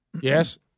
yes